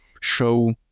show